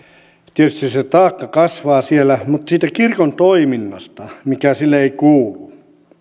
tietysti se taakka kasvaa siellä mutta siitä kirkon toiminnasta mikä sille ei kuulu